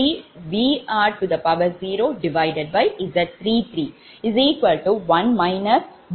2857 என்று கணக்கிட முடியும்